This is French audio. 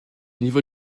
niveau